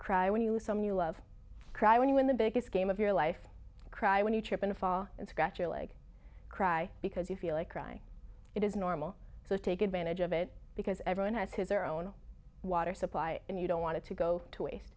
cry when you lose someone you love cry when you win the biggest game of your life cry when you trip and fall and scratch your leg cry because you feel like crying it is normal so take advantage of it because everyone has his or her own water supply and you don't want to go to waste